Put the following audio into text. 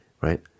right